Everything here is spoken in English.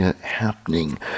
happening